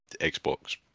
Xbox